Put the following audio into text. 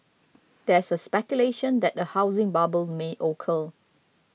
there is speculation that a housing bubble may occur